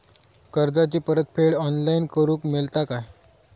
कर्जाची परत फेड ऑनलाइन करूक मेलता काय?